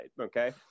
Okay